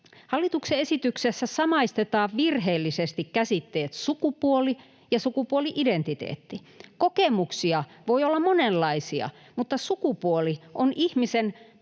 Hallituksen esityksessä samaistetaan virheellisesti käsitteet ”sukupuoli” ja ”sukupuoli-identiteetti”. Kokemuksia voi olla monenlaisia, mutta sukupuoli on ihmisen